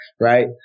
Right